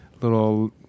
little